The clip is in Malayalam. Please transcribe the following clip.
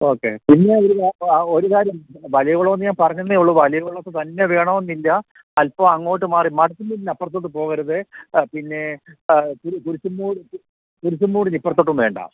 ഓക്കെ പിന്നെ ഒരു കാര്യം വലിയകുളമെന്നു ഞാൻ പറഞ്ഞു എന്നേ ഉള്ളു വലിയകുളത്തു തന്നെ വേണമെന്നില്ല അൽപ്പം അങ്ങോട്ട് മാറി അപ്പുറത്തോട്ടു പോവരുത് പിന്നെ കുരിശുംമൂട് കുരിശുമ്മൂടിനിപ്പറത്തോട്ടും വേണ്ട